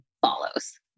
follows